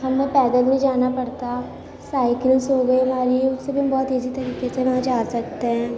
ہمیں پیدل نہیں جانا پڑتا سائیکلس ہوگئی ہماری اس سے بھی ہم بہت ایزی طریقے سے وہاں جا سکتے ہیں